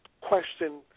Question